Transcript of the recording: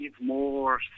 more